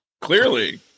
clearly